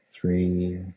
Three